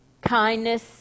kindness